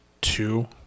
two